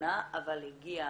תלונה אבל הגיע